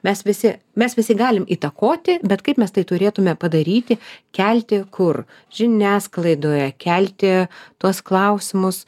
mes visi mes visi galim įtakoti bet kaip mes tai turėtume padaryti kelti kur žiniasklaidoje kelti tuos klausimus